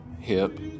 hip